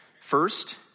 first